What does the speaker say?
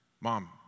Mom